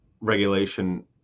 regulation